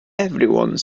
everyone